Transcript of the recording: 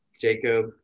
Jacob